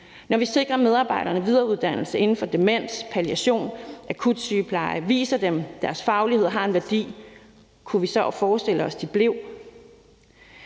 når vi sikrer medarbejderne videreuddannelse inden for demens, palliation, akutsygepleje og vi viser dem, at deres faglighed har en værdi, så forestille os, at de blev?